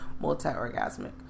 multi-orgasmic